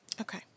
Okay